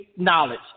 knowledge